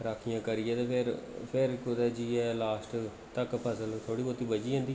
राक्खियां करियै ते फ्ही फ्ही कुतै जाइयै लास्ट तक्कर फसल थोह्ड़ी बोह्ती बची जंदी